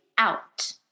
Out